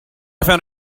found